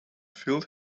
filled